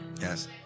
Yes